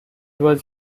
was